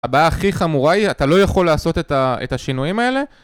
הבעיה הכי חמורה היא אתה לא יכול לעשות את השינויים האלה